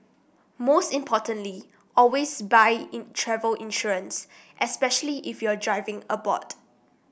most importantly always buy travel insurance especially if you're driving abroad